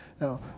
Now